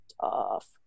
tough